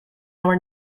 our